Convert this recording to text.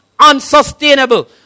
unsustainable